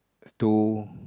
to